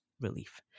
relief